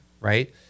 right